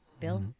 Bill